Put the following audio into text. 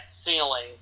ceiling